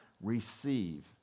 receive